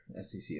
SEC